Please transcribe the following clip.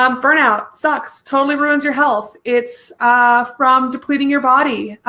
um burnout, sucks, totally ruins your health. it's from depleting your body,